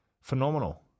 Phenomenal